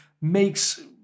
makes